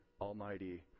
almighty